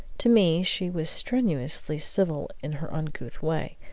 to me she was strenuously civil in her uncouth way.